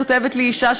כותבת לי אישה,